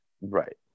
right